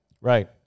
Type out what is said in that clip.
Right